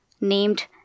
named